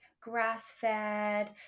grass-fed